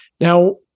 Now